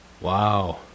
wow